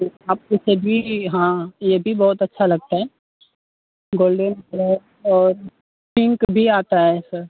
तो आप उसे भी हाँ यह भी बहुत अच्छा लगता है गोल्डेन कलर और पिंक भी आता है सर